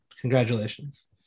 Congratulations